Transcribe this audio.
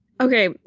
Okay